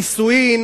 נישואים